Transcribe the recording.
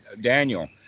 Daniel